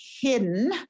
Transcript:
hidden